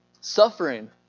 Suffering